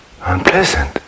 unpleasant